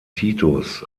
titus